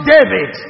David